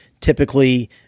typically